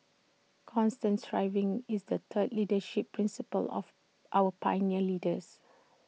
constant striving is the third leadership principle of our pioneer leaders